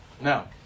Now